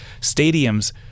stadiums